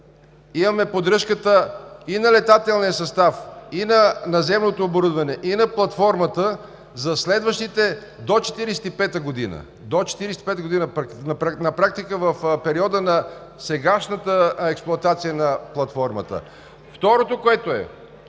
имаме поддръжката и на летателния състав, и на наземното оборудване, и на платформата за следващите до 2045 г. – на практика, в периода на сегашната експлоатация на платформата. Второ, в тази